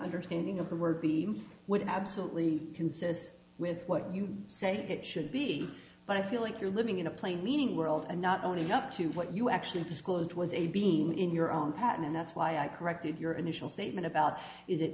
understanding of the word the would absolutely consist with what you say it should be but i feel like you're living in a plain meaning world and not only up to what you actually disclosed was a being in your own pattern and that's why i corrected your initial statement about is it